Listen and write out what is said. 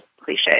cliche